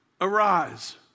arise